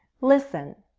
listen.